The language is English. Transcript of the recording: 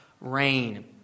rain